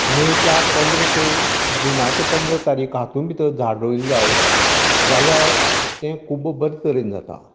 मेच्या पंदरा ते जुनाच्या पंदरा तारीख हातूंत भितर झाड रोयलें जायत जाल्यार तें खूब्ब बरें तरेन जाता